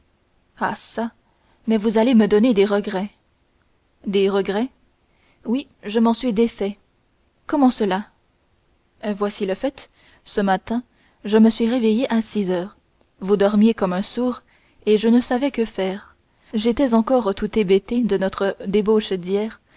ah çà vous allez me donner des regrets des regrets oui je m'en suis défait comment cela voici le fait ce matin je me suis réveillé à six heures vous dormiez comme un sourd et je ne savais que faire j'étais encore tout hébété de notre débauche d'hier